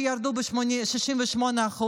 שירדו ב-68%,